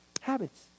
habits